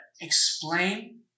explain